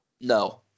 No